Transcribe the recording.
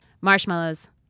Marshmallows